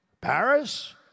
Paris